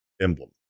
emblem